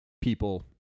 people